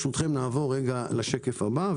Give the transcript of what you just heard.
נעבור לשקף הבא.